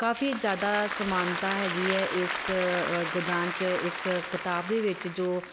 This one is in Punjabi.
ਕਾਫੀ ਜ਼ਿਆਦਾ ਸਮਾਨਤਾ ਹੈਗੀ ਹੈ ਇਸ ਗੋਦਾਨ 'ਚ ਇਸ ਕਿਤਾਬ ਦੇ ਵਿੱਚ ਜੋ